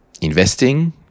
investing